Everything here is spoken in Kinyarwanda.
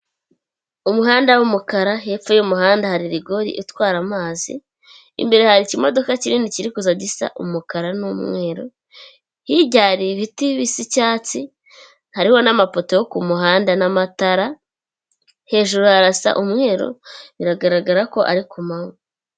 Umuhanda w'umukara hepfo y'umuhanda hari rigore itwara amazi imbere hari ikimo kinini kiri kuza gisa umukara n'umweru, hirya hari ibiti bisa icyatsi hariho n'amapoto yo ku muhanda n'amatara hejuru hasa umweru biragaragara ko ari ku manwa.